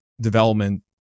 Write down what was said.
development